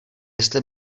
jestli